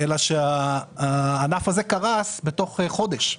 רק שהענף הזה קרס בתוך חודש.